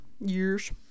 years